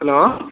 hello